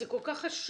זה כל כך חשוב.